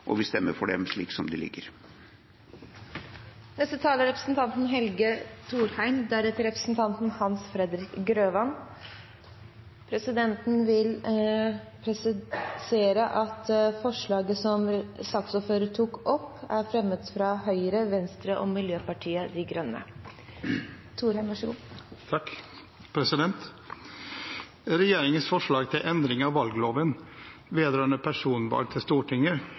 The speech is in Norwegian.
og vi stemmer for dem slik de foreligger. Presidenten vil presisere at forslaget som saksordføreren tok opp, er fremmet av Høyre, Venstre og Miljøpartiet De Grønne. Regjeringens forslag til endring av valgloven vedrørende personvalg til Stortinget